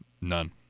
None